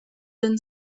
been